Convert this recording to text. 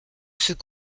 ceux